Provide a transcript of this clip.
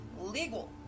legal